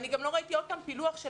אני גם לא ראיתי פילוח של